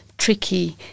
Tricky